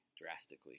drastically